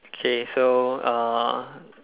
okay so uh